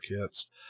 kits